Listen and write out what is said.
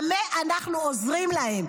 במה אנחנו עוזרים להם?